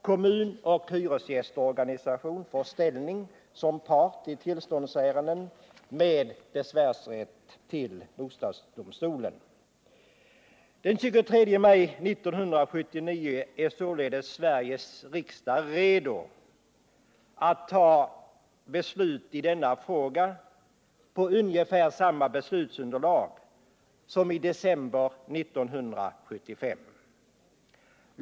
Kommun och hyresgästorganisation får ställning som part i tillståndsärenden med besvärsrätt till bostadsdomstolen. Den 23 maj 1979 är således Sveriges riksdag redo för beslut i denna fråga på ungefär samma beslutsunderlag som i december 1975.